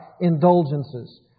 indulgences